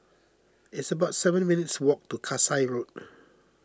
it's about seven minutes' walk to Kasai Road